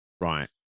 Right